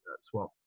swap